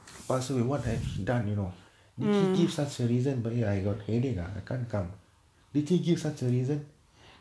passed away what has he done you know did he give such a reason but ya I got headache lah I can't come did he give such a reason